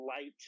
light